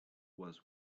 was